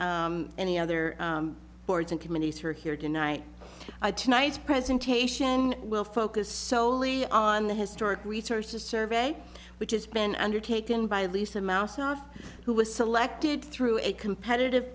and any other boards and committees who are here tonight tonight's presentation will focus solely on the historic resources survey which has been undertaken by lisa mouse off who was selected through a competitive